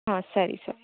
ಹಾಂ ಸರಿ ಸರಿ